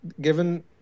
Given